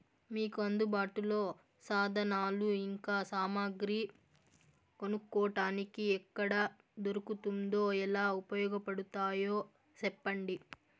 మీకు అందుబాటులో సాధనాలు ఇంకా సామగ్రి కొనుక్కోటానికి ఎక్కడ దొరుకుతుందో ఎలా ఉపయోగపడుతాయో సెప్పండి?